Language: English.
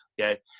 okay